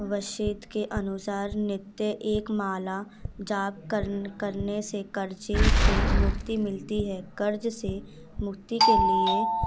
वशेत के अनुसार नित्य एक माला जाप करने करने से कर्जे से मुक्ति मिलती है कर्ज से मुक्ति के लिए